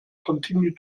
continue